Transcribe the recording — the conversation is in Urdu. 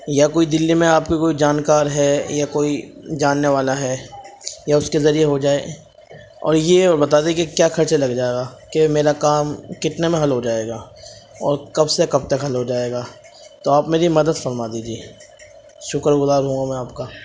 یا کوئی دہلی میں آپ کے کوئی جانکار ہے یا کوئی جاننے والا ہے یا اس کے ذریعے ہو جائے اور یہ اور بتا دے کہ کیا خرچہ لگ جائے گا کہ میرا کام کتنے میں حل ہو جائے گا اور کب سے کب تک حل ہو جائے گا تو آپ میری مدد فرما دیجیے شکر گزار ہوں گا میں آپ کا